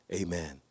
amen